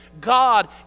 God